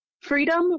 freedom